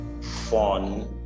fun